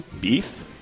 Beef